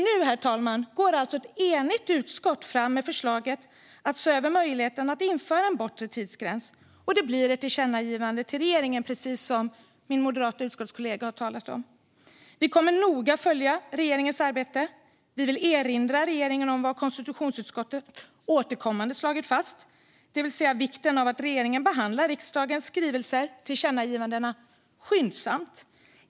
Nu, herr talman, går alltså ett enigt utskott fram med förslaget om att se över möjligheten att införa en bortre tidsgräns, och det blir ett tillkännagivande till regeringen, precis som min moderata utskottskollega har sagt. Vi kommer att noga följa regeringens arbete. Vi vill erinra regeringen om vad konstitutionsutskottet återkommande har slagit fast, det vill säga vikten av att regeringen behandlar riksdagens skrivelser skyndsamt.